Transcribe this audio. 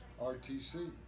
RTC